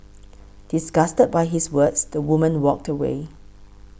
disgusted by his words the woman walked away